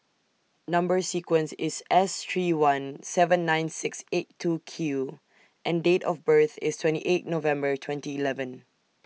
Number sequence IS S three one seven nine six eight two Q and Date of birth IS twenty eight November twenty eleven